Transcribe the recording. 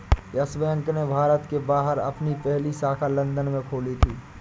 yes Bank ने भारत के बाहर अपनी पहली शाखा लंदन में खोली थी